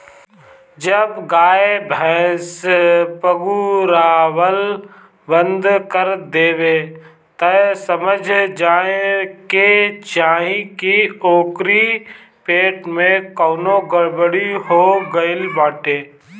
जब गाई भैस पगुरावल बंद कर देवे तअ समझ जाए के चाही की ओकरी पेट में कवनो गड़बड़ी हो गईल बाटे